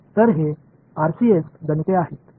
எனவே இது RCS கணக்கீடுகள்